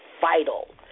vital